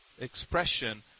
expression